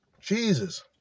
Jesus